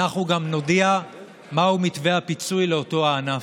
אנחנו גם נודיע מהו מתווה הפיצוי לאותו הענף.